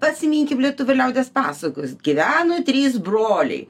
pasiminkim lietuvių liaudies pasakos gyveno trys broliai